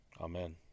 Amen